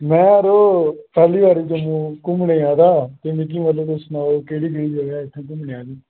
में यरो पैह्ली बारी घुम्मनै ई आये दा ते मिगी तुस सनाओ केह्ड़ी जगह ऐ इत्थें घुम्मनै आह्ली